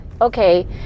Okay